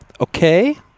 Okay